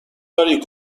داری